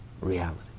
reality